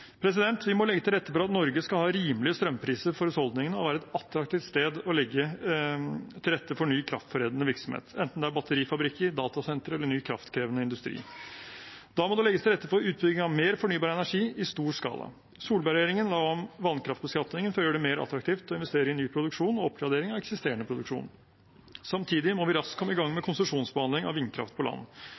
Vi må legge til rette for at Norge skal ha rimelige strømpriser for husholdningene og være et attraktivt sted å legge til rette for ny kraftforedlende virksomhet, enten det er batterifabrikker, datasentre eller ny kraftkrevende industri. Da må det legges til rette for utbygging av mer fornybar energi i stor skala. Solberg-regjeringen la om vannkraftbeskatningen for å gjøre det mer attraktivt å investere i ny produksjon og oppgradering av eksisterende produksjon. Samtidig må vi raskt komme i gang med konsesjonsbehandling av vindkraft på land.